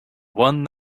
one